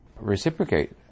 reciprocate